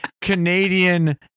Canadian